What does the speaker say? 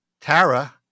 Tara